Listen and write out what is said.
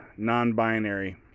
non-binary